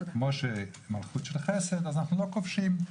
כמו --- אנחנו לא כובשים,